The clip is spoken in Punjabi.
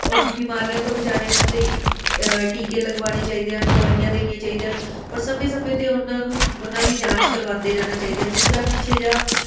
ਔਰ ਬਿਮਾਰੀਆਂ ਤੋਂ ਬਚਾਉਣ ਵਾਸਤੇ ਇ ਟੀਕੇ ਲਗਵਾਉਣੇ ਚਾਹੀਦੇ ਹਨ ਦਵਾਈਆਂ ਦੇਣੀਆਂ ਚਾਹੀਦੀਆਂ ਹਨ ਔਰ ਸਮੇਂ ਸਮੇਂ 'ਤੇ ਉਹਨਾਂ ਨੂੰ ਉਹਨਾਂ ਦੀ ਜਾਂਚ ਕਰਵਾਉਂਦੇ ਰਹਿਣਾ ਚਾਹੀਦਾ ਜਿਸ ਤਰ੍ਹਾਂ ਪਿੱਛੇ ਜਾਂ